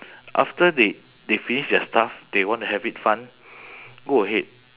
after they they finish their stuff they want to have it fun go ahead